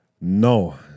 No